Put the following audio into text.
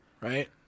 Right